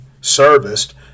serviced